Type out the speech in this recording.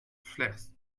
flers